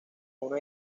una